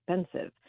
expensive